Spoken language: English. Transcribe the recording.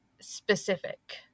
specific